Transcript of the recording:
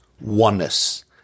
oneness